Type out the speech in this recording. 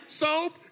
soap